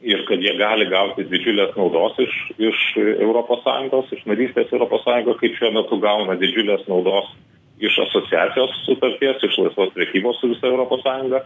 ir kad jie gali gauti didžiulės naudos iš europos sąjungos iš narystės europos sąjungos kaip šiuo metu gauna didžiulės naudos iš asociacijos sutarties iš visos prekybos su visa europos sąjunga